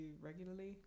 regularly